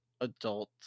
adult